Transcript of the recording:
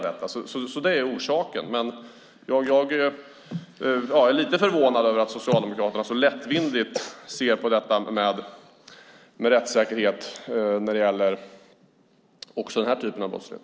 Det är orsaken. Jag är lite förvånad över att Socialdemokraterna ser så lättvindigt på detta med rättssäkerhet när det gäller också den här typen av brottslighet.